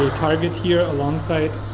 ah target here alongside